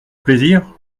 plaisir